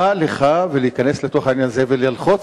מה לך להיכנס לתוך העניין הזה וללחוץ